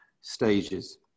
stages